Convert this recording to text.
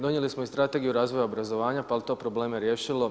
Donijeli smo i Strategiju razvoja obrazovanja, pa jel to probleme riješilo?